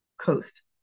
coast